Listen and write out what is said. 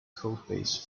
codebase